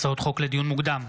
הצעות חוק לדיון מוקדם,